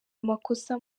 amakosa